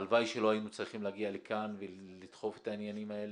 הלוואי שלא היינו צריכים להגיע לכאן ולדחוף את העניינים האלה,